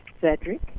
Cedric